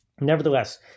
Nevertheless